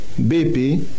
BP